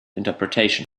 interpretation